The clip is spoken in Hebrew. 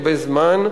הרבה זמן,